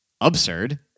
absurd